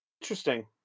interesting